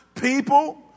People